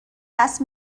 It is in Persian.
دست